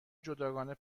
جداگانه